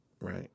right